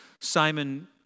Simon